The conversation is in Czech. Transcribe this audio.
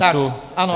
Ano, ano.